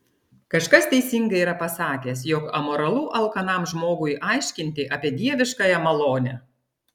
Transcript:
kažkas teisingai yra pasakęs jog amoralu alkanam žmogui aiškinti apie dieviškąją malonę